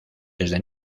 desde